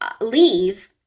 leave